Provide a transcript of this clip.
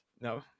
No